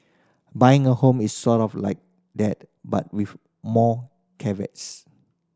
buying a home is sort of like that but with more caveats